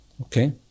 Okay